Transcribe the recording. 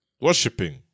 worshipping